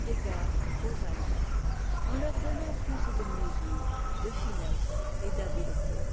d'égards aux allemands en leur donnant plus de mesure de finesse et d'habileté